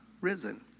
risen